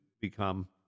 become